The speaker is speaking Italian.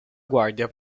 guardia